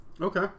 okay